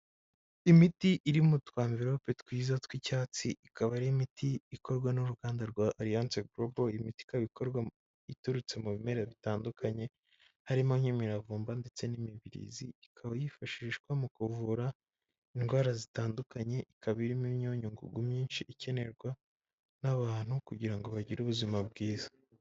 Imiti iri mu twamverope twiza tw'icyatsi, ikaba ari imiti ikorwa n'uruganda rwa Ariyanse Gurobo. Iyi miti ikaba ikorwa iturutse mu bimera bitandukanye, harimo nk'imiravumba ndetse n'imibirizi, ikaba yifashishwa mu kuvura indwara zitandukanye, ikaba irimo imyunyungugu myinshi ikenerwa n'abantu, kugira ngo bagire ubuzima bwiza.